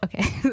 okay